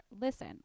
listen